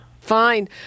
Fine